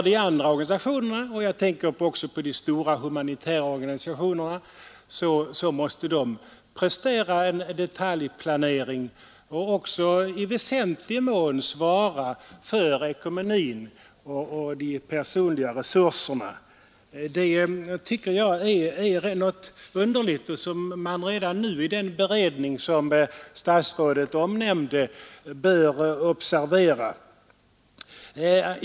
De andra organisationerna — jag tänker då också på de stora humanitära organisationerna — måste prestera en detaljplanering och även i viss mån svara för ekonomin och de personliga resurserna. Det tycker jag är ett underligt förhållande, som man redan nu i den beredning som statsrådet omnämnde bör observera.